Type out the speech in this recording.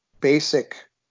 basic